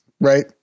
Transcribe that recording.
Right